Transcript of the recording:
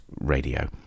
Radio